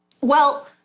Well-